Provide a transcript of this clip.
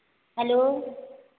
hello